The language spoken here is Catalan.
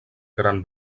gran